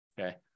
okay